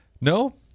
no